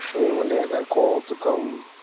one day i got a call to come.